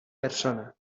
persona